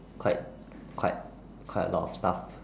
quite quite quite a lot of stuff